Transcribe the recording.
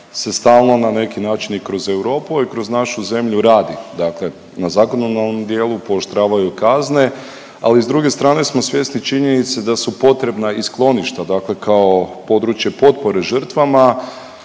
se stalno na neki način i kroz Europu, a i kroz našu zemlju radi dakle na zakonodavnom dijelu pooštravaju kazne, ali s druge strane smo svjesni činjenice da su potrebna i skloništa kao područje potpore žrtvama.